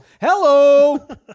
Hello